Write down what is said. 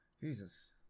Jesus